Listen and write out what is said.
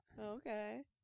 okay